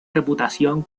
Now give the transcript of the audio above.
reputación